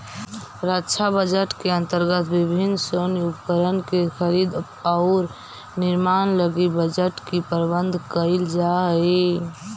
रक्षा बजट के अंतर्गत विभिन्न सैन्य उपकरण के खरीद औउर निर्माण लगी बजट के प्रावधान कईल जाऽ हई